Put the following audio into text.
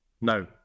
No